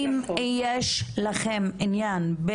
אם יש לכם עניין,